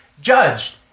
judged